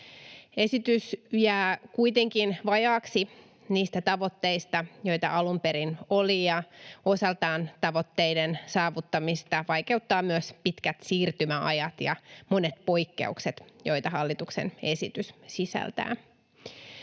Esitys jää kuitenkin vajaaksi niistä tavoitteista, joita alun perin oli, ja osaltaan tavoitteiden saavuttamista vaikeuttavat myös pitkät siirtymäajat ja monet poikkeukset, joita hallituksen esitys sisältää.